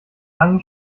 langen